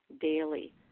daily